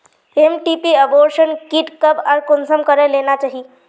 MTP abortion kit कब आर कुंसम करे लेना चही?